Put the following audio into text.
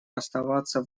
оставаться